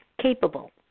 capable